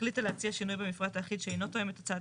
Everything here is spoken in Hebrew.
החליטה להציעה שינוי במפרט האחיד שאינו תואם את הצעת